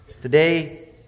Today